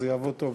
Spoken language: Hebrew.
אז זה יעבוד טוב.